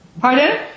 Pardon